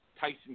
Tyson